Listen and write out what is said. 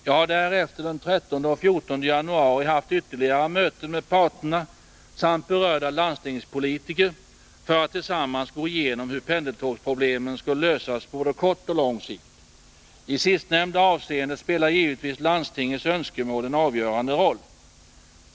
Jag har därefter den 13 och 14 januari haft ytterligare möten med parterna samt berörda landstingspolitiker för att gå igenom hur pendeltågsproblemen skalllösas både på kort och på lång sikt. I sistnämnda avseende spelar givetvis landstingets önskemål en avgörande roll.